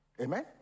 Amen